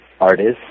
artists